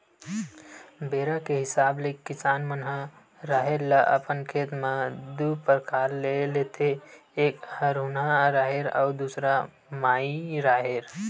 बेरा के हिसाब ले किसान मन ह राहेर ल अपन खेत म दू परकार ले लेथे एक हरहुना राहेर अउ दूसर माई राहेर